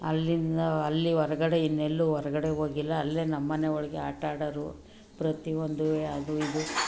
ಅಲ್ಲಿಂದ ಅಲ್ಲಿ ಹೊರ್ಗಡೆ ಇನ್ನೆಲ್ಲೂ ಹೊರ್ಗಡೆ ಹೋಗಿಲ್ಲ ಅಲ್ಲೇ ನಮ್ಮನೆ ಒಳಗೆ ಆಟ ಆಡೋರು ಪ್ರತಿ ಒಂದೂ ಅದು ಇದು